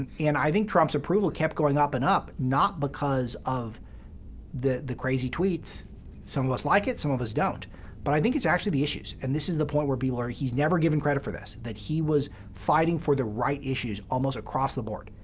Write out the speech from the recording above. and and i think trump's approval kept going up and up, not because of the the crazy tweets some of us like it some of us don't but i think it's actually the issues. and this is the point where people are he's never given credit for this, that he was fighting for the right issues almost across the board.